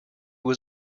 was